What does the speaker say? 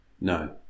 No